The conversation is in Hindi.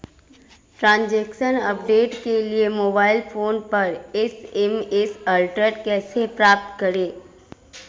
ट्रैन्ज़ैक्शन अपडेट के लिए मोबाइल फोन पर एस.एम.एस अलर्ट कैसे प्राप्त करें?